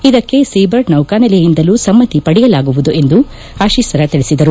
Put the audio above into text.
ಇದಕ್ಕೆ ಸೀಬರ್ಡ್ ನೌಕಾನೆಲೆಯಿಂದಲೂ ಸಮ್ನತಿ ಪಡೆಯಲಾಗುವುದು ಎಂದು ಆಶೀಸರ ತಿಳಿಸಿದರು